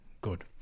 Good